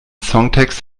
songtext